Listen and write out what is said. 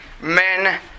men